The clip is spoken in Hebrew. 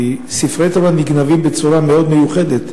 כי ספרי תורה נגנבים בצורה מאוד מיוחדת.